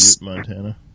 Montana